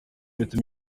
bituma